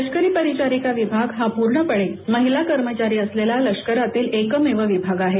लष्करी परिचारिका विभाग हा पूर्णपणे महिला कर्मचारी असलेला लष्करातील एकमेव विभाग आहे